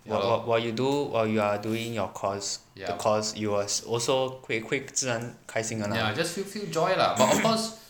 wh~ while you do while while you're doing your cause you will of course 会自然开心的